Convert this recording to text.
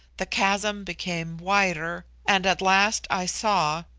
the chasm became wider, and at last i saw,